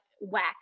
whack